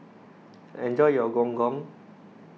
enjoy your Gong Gong